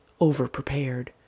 overprepared